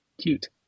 Cute